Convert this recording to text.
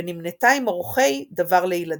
ונמנתה עם עורכי "דבר לילדים".